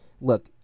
look